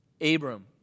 Abram